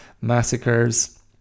massacres